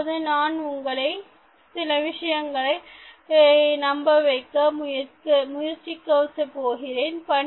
இப்பொழுது நான் உங்களை சில விஷயங்களை நம்ப வைக்க முயற்சிக்க போகிறேன்